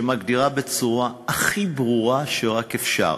שמגדירה בצורה הכי ברורה שרק אפשר,